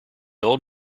old